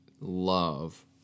love